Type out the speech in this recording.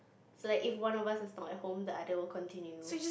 so like if one of us is not at home the other will continue